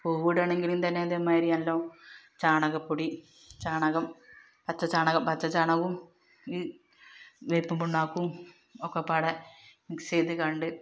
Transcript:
പൂവിടുകയാണെങ്കിലും തന്നെ അതേമാതിരി നല്ലവണ്ണം ചാണകപ്പൊടി ചാണകം പച്ച ചാണകം പച്ച ചാണകവും ഈ വേപ്പ് പുണ്ണാക്കും ഒക്കെപ്പാടെ മിക്സ് ചെയ്ത്കൊണ്ട്